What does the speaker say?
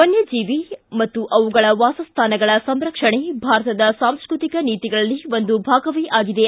ವನ್ನಜೀವಿ ಮತ್ತು ಅವುಗಳ ವಾಸ್ಥಾನಗಳ ಸಂರಕ್ಷಣೆ ಭಾರತದ ಸಾಂಸ್ಟ್ರತಿಕ ನೀತಿಗಳಲ್ಲಿ ಒಂದು ಭಾಗವೇ ಆಗಿದೆ